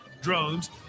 drones